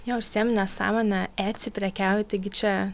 jo užsiimu nesąmone etsy prekiauju taigi čia